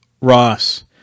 Ross-